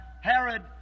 Herod